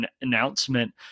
announcement